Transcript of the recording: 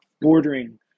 bordering